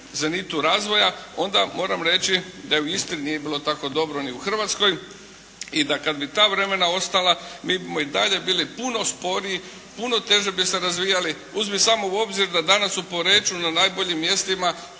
zenitu razvoja, onda moram reći da u Istri nije bilo tako dobro ni u Hrvatskoj i da kad bi ta vremena ostala, mi bismo i dalje bili puno sporiji, puno teže bi se razvijali. Uzmi samo u obzir da danas u Poreču na najboljim mjestima